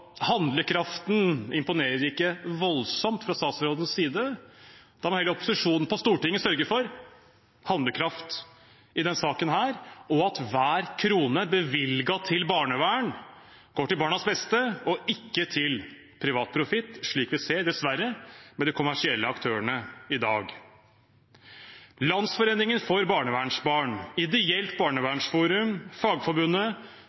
Handlekraften fra statsrådens side imponerer ikke voldsomt. Da må heller opposisjonen på Stortinget sørge for handlekraft i denne saken, og at hver krone bevilget til barnevern går til barnas beste og ikke til privat profitt, slik vi ser – dessverre – med de kommersielle aktørene i dag. Landsforeningen for barnevernsbarn, Ideelt